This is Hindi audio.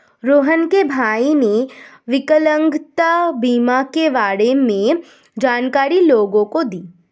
रोहण के भाई ने विकलांगता बीमा के बारे में जानकारी लोगों को दी